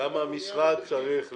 גם המשרד צריך להיערך.